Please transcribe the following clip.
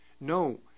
No